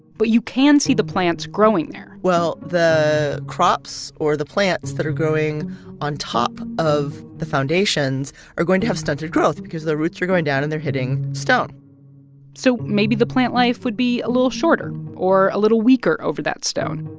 but you can see the plants growing there well, the crops or the plants that are growing on top of the foundations are going to have stunted growth because their roots are going down, and they're hitting stone so maybe the plant life would be a little shorter or a little weaker over that stone.